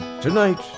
Tonight